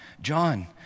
John